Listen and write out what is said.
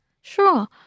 Sure